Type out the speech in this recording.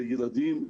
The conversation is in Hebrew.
ילדים ומחנכים,